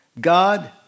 God